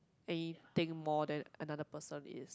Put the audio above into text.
any thing more than another person is